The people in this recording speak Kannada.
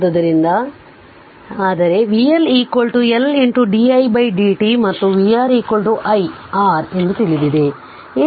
ಆದ್ದರಿಂದ ಆದರೆ vL L di dt ಮತ್ತು vR I r ಎಂದು ತಿಳಿದಿದೆ